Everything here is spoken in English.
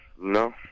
No